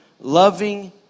loving